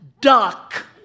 Duck